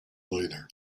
later